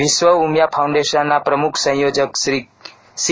વિશ્વ ઉમિયા ફાઉન્ડેશનના પ્રમુખ સંયોજક શ્રી સી